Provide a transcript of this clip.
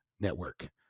network